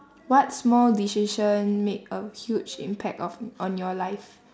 what small decision made a huge impact of on your life